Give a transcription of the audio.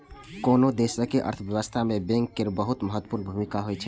कोनो देशक अर्थव्यवस्था मे बैंक केर बहुत महत्वपूर्ण भूमिका होइ छै